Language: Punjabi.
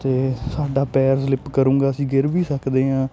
ਅਤੇ ਸਾਡਾ ਪੈਰ ਸਲਿੱਪ ਕਰੂੰਗਾ ਅਸੀਂ ਗਿਰ ਵੀ ਸਕਦੇ ਹਾਂ